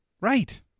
Right